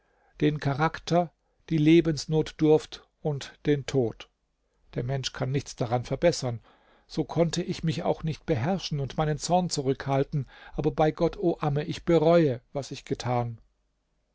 den charakter die lebensnotdurft und den tod der mensch kann nichts daran verbessern so konnte ich mich auch nicht beherrschen und meinen zorn zurückhalten aber bei gott o amme ich bereue was ich getan